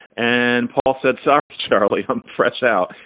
and paul said, sorry, charlie, i'm fresh out.